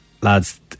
lads